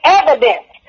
evidence